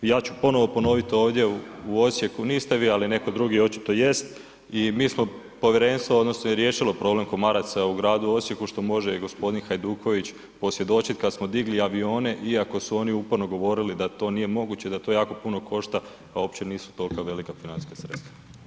Ja ću ponovno ponoviti ovdje, u Osijeku niste vi ali netko drugi jest i mi smo povjerenstvo odnosno je riješilo problem komaraca u gradu Osijeku što može i g. Hajduković posvjedočit kad smo digli avione iako su oni uporno govorili da to nije moguće, da to jako puno košta pa uopće toliko velika financijska sredstva.